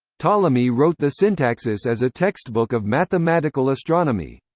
ptolemy wrote the syntaxis as a textbook of mathematical astronomy.